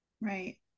right